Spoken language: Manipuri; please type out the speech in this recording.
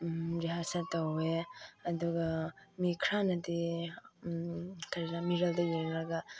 ꯔꯤꯍꯥꯔꯁꯦꯜ ꯇꯧꯋꯦ ꯑꯗꯨꯒ ꯃꯤ ꯈꯔꯅꯗꯤ ꯈꯔ ꯃꯤꯔꯔꯗ ꯌꯦꯡꯂꯒ